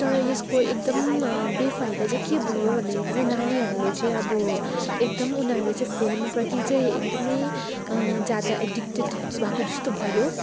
तर यसको एकदम वेफाइदा चाहिँ के भयो भन्दाखेरि चाहिँ नानीहरूले चाहिँ अब एकदम उनीहरू चाहिँ फोनप्रति चाहिँ एकदमै ज्यादा एडिक्टेड भएको जस्तो भयो